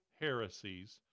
heresies